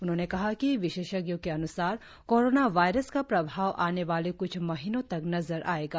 उन्होंने कहा कि विशेषज्ञों के अन्सार कोरोना वायरस का प्रभाव आने वाले क्छ महीनों तक नजर आएगा